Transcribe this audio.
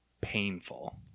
painful